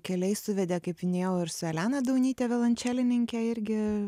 keliai suvedė kaip minėjau ir su elena daunyte violončelininke irgi